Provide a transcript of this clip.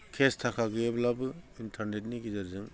case थाखा गैयाब्लाबो इन्थारनेटनि गेजेरजों